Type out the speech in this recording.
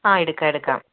ആ എടുക്കാം എടുക്കാം